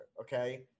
Okay